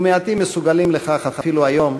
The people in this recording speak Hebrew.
ומעטים מסוגלים לכך אפילו היום,